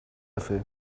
fait